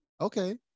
okay